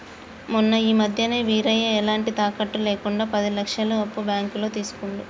మొన్న ఈ మధ్యనే వీరయ్య ఎలాంటి తాకట్టు లేకుండా పది లక్షల అప్పు బ్యాంకులో తీసుకుండు